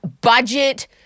budget